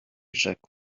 rzekł